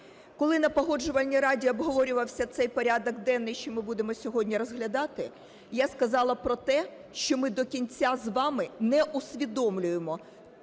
Коли на Погоджувальній раді обговорювався цей порядок денний, що ми будемо сьогодні розглядати, я сказала про те, що ми до кінця з вами не усвідомлюємо